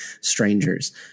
strangers